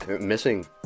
missing